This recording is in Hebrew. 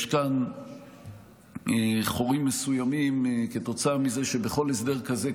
יש כאן חורים מסוימים כתוצאה מזה שבכל הסדר כזה,